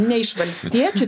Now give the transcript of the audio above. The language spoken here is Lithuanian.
ne iš valstiečių